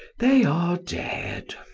they are dead.